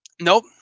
Nope